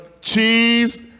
cheese